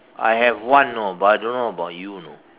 I have one you know but I don't know about you you know